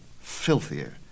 filthier